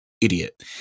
idiot